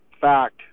fact